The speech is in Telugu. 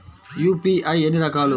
యూ.పీ.ఐ ఎన్ని రకాలు?